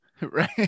Right